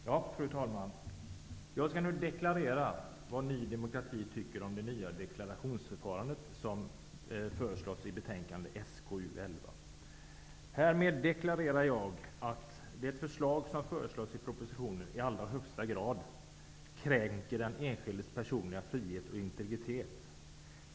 Fru talman! Jag skall nu deklarera vad Ny demokrati tycker om det nya deklarationsförfarande som föreslås i betänkande SkU11. Härmed deklarerar jag att det förslag som föreslås i propositionen i allra högsta grad kränker den enskildes personliga frihet och integritet.